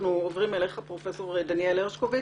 אנחנו עוברים אליך, פרופ' דניאל הרשקוביץ.